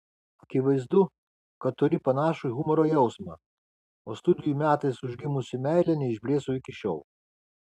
akivaizdu kad turi panašų humoro jausmą o studijų metais užgimusi meilė neišblėso iki šiol